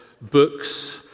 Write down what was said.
books